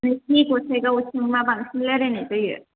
नोंसोरनि गसाइगावथिं मा बांसिन रायलायनाय जायो